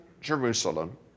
Jerusalem